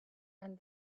and